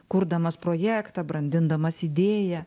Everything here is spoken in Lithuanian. kurdamas projektą brandindamas idėją